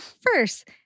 First